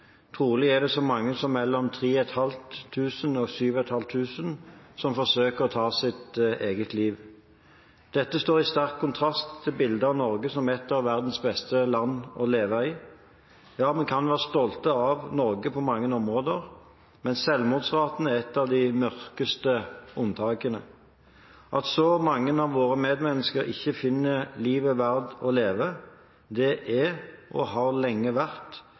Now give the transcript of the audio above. Trolig er det så mange som mellom 3 500 og 7 500 som forsøker å ta sitt eget liv. Dette står i sterk kontrast til bildet av Norge som et av verdens beste land å leve i. Ja, vi kan være stolte av Norge på mange områder, men selvmordsraten er et av de mørkeste unntakene. At så mange av våre medmennesker ikke finner livet verdt å leve er, og har lenge vært,